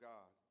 God